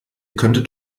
könntet